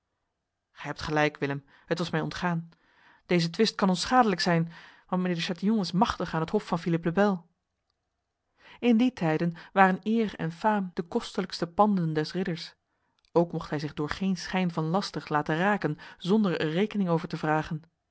gij hebt gelijk willem het was mij ontgaan deze twist kan ons schadelijk zijn want mijnheer de chatillon is machtig aan het hof van philippe le bel in die tijden waren eer en faam de kostelijkste panden des ridders ook mocht hij zich door geen schijn van laster laten raken zonder er rekening over te vragen